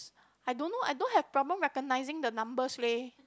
I don't know I don't have problem recognising the numbers leh